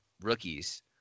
rookies